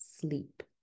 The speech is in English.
sleep